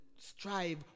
Strive